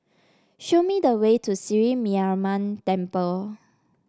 show me the way to Sri Mariamman Temple